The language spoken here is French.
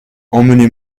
emmenez